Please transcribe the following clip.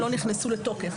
הם לא נכנסו לתוקף.